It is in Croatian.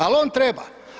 Ali, on treba.